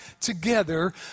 together